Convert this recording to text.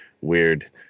weird